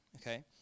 okay